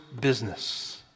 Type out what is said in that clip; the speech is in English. business